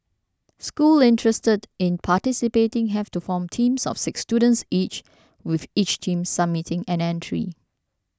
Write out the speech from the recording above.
school interested in participating have to form teams of six students each with each team submitting an entry